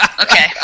Okay